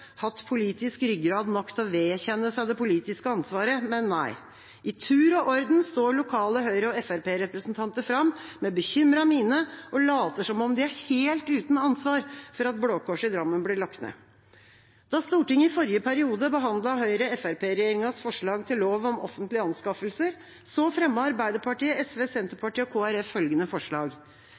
hatt politisk ryggrad nok til å vedkjenne seg det politiske ansvaret, men nei. I tur og orden står lokale Høyre- og Fremskrittsparti-representanter fram med bekymret mine og later som om de er helt uten ansvar for at Blå Kors i Drammen blir lagt ned. Da Stortinget i forrige periode behandlet Høyre–Fremskrittsparti-regjeringas forslag til lov om offentlige anskaffelser, fremmet Arbeiderpartiet, SV, Senterpartiet og Kristelig Folkeparti følgende forslag: